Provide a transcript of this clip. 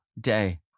day